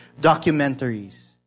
documentaries